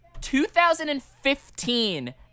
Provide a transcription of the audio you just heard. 2015